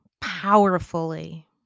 powerfully